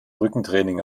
rückentraining